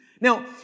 Now